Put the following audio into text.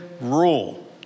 rule